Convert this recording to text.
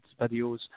videos